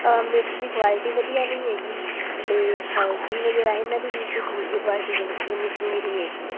ਮਿਰਚ ਦੀ ਕੁਆਲਿਟੀ ਵਧੀਆ ਨਹੀਂ ਹੈਗੀ ਅਤੇ ਹਲਦੀ ਵਗੈਰਾ ਇਨ੍ਹਾਂ ਦੀ ਵੀ ਕੁਝ ਵੀ ਕੁਆਲਿਟੀ ਇੰਨੀ ਚੰਗੀ ਨਹੀਂ ਹੈਗੀ